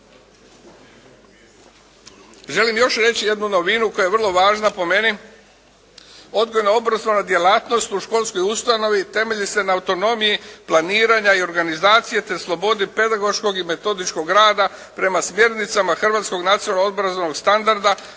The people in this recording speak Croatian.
Želim još reći jednu novinu koja je vrlo važna po meni. Odgojno-obrazovna djelatnost u školskoj ustanovi temelji se na autonomiji planiranja i organizacije te slobodi pedagoškog i metodičkog rada prema smjernica hrvatskog nacionalnog obrazovnog standarda